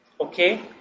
Okay